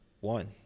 One